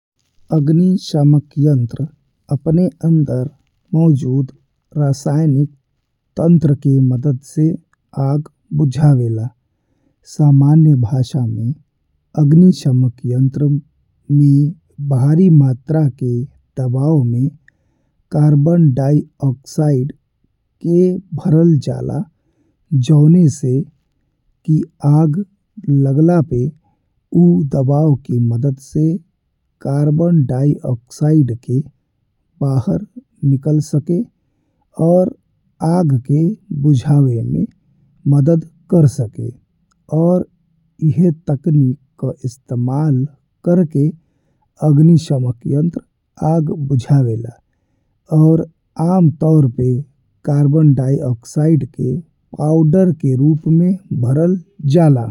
अग्निशामक यंत्र अपने अंदर मौजुद रासायनिक तंत्र के मदद से आग बुझावे ला। सामान्य भाषा में अग्निशामक यंत्र में भारी मात्रा के दबाव में कार्बन डाइऑक्साइड के भरल जाला। जौने से कि आग लगला पे ऊ दबाव के मदद से कार्बन डाइऑक्साइड के बाहर निकल सके अउर आग के बुझावे में मदद कर सके। और एहे तकनीक का इस्तेमाल करके अग्निशामक यंत्र आग बुझावे ला अउर आम तौर पे कार्बन डाइऑक्साइड के पाउडर के रूप में भरल जाला।